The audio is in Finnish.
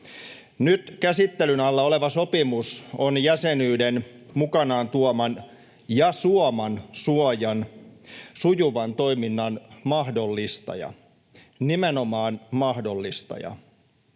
Nyt käsittelyn alla oleva sopimus on jäsenyyden mukanaan tuoman ja suoman suojan sujuvan toiminnan mahdollistaja — nimenomaan mahdollistaja.